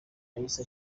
yahise